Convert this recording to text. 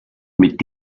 mit